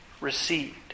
received